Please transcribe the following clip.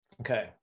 Okay